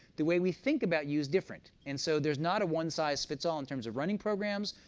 the way we think about you is different. and so there's not a one size fits all in terms of running programs,